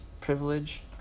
privilege